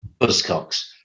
Buzzcocks